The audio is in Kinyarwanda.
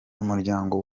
umuryango